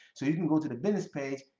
so you can go to the business page,